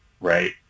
right